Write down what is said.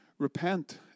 repent